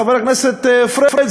חבר הכנסת פריג',